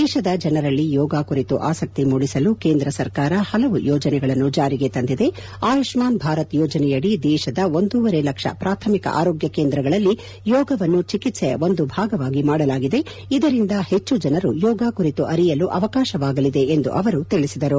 ದೇಶದ ಜನರಲ್ಲಿ ಯೋಗ ಕುರಿತು ಆಸಕ್ತಿ ಮೂಡಿಸಲು ಕೇಂದ್ರ ಸರ್ಕಾರ ಹಲವು ಯೋಜನೆಗಳನ್ನು ಜಾರಿಗೆ ತಂದಿದೆ ಆಯುಷ್ಮಾನ್ ಭಾರತ್ ಯೋಜನೆಯಡಿ ದೇಶದ ಒಂದೂವರೆ ಲಕ್ಷ ಪ್ರಾಥಮಿಕ ಆರೋಗ್ಯ ಕೇಂದ್ರಗಳಲ್ಲಿ ಯೋಗವನ್ನು ಚಿಕಿತ್ಸೆಯ ಒಂದು ಭಾಗವಾಗಿ ಮಾಡಲಾಗಿದೆ ಇದರಿಂದ ಹೆಚ್ಚು ಜನರು ಯೋಗ ಕುರಿತು ಅರಿಯಲು ಅವಕಾಶವಾಗಲಿದೆ ಎಂದು ಅವರು ತಿಳಿಸಿದರು